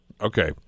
Okay